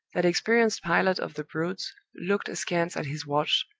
that experienced pilot of the broads looked askance at his watch,